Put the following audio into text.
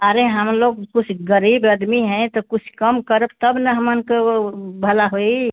अरे हम लोग कुछ गरीब अदमी हैं तो कुछ कम करब तब न हमन के वो भला होई